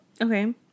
Okay